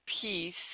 peace